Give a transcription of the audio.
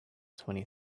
twenty